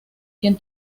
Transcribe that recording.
quien